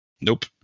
Nope